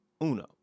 Uno